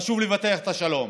חשוב לפתח את השלום.